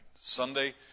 Sunday